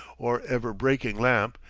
or ever-breaking lamp,